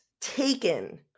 taken